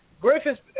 Griffiths